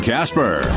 Casper